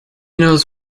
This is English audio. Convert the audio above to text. knows